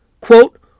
Quote